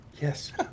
Yes